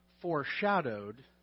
foreshadowed